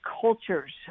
cultures